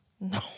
No